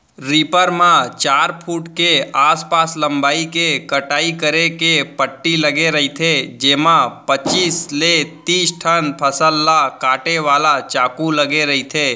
reaper म चार foot के आसपास लंबई के कटई करे के पट्टी लगे रहिथे जेमा पचीस ले तिस ठन फसल ल काटे वाला चाकू लगे रहिथे